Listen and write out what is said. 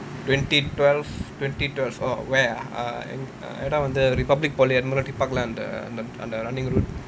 twenty twelve twenty twelve orh where ah இடம்:idam err இடம் வந்து:idam vanthu republic polytechnic admiralty park lah on the running route